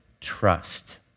Trust